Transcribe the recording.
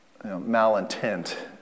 malintent